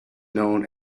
known